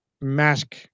mask